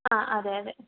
ആ അതേ അതേ